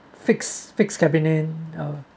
fix fix cabinet